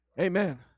Amen